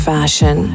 Fashion